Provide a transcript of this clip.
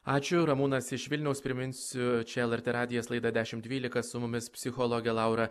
ačiū ramūnas iš vilniaus priminsiu čia lrt radijas laida dešimt dvylika su mumis psichologė laura